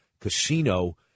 casino